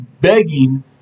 begging